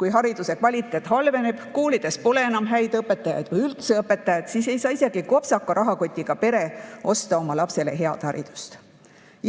Kui hariduse kvaliteet halveneb, koolides pole enam häid õpetajaid või üldse õpetajaid, siis ei saa isegi kopsaka rahakotiga pere osta oma lapsele head haridust.